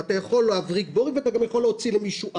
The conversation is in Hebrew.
אתה יכול להבריג בורג ואתה גם יכול להוציא למישהו עין.